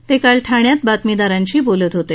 ते काल ठाण्यात बातमीदारांशी बोलत होते